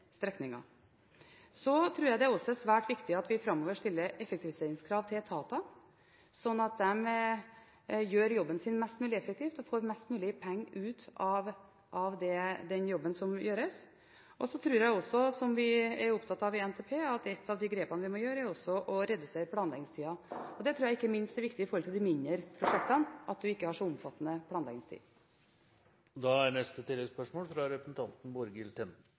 tror det er svært viktig at vi framover stiller effektiviseringskrav til etatene, slik at de gjør jobben sin mest mulig effektivt og får mest mulig for de pengene som er gitt. Så tror jeg også – som vi er opptatt av i NTP – at et av de grepene vi må ta, er å redusere planleggingstiden. Ikke minst er det viktig for de mindre prosjektene at man ikke har så omfattende planleggingstid. Borghild Tenden – til oppfølgingsspørsmål. Jeg må innrømme at jeg fortsatt ikke har